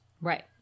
Right